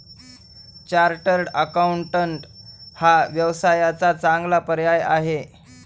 chartered accountant हा व्यवसायाचा चांगला पर्याय आहे